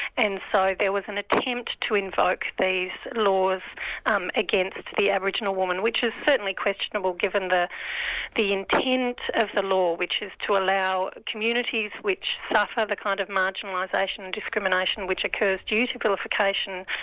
and so there was an attempt to invoke these laws um against the aboriginal woman, which is certainly questionable given the the intent of the law, which is to allow communities which suffer the kind of marginalisation and discrimination which occurs due to vilification,